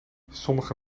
sommige